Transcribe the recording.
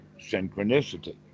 synchronicity